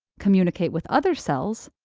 communicate with other cells,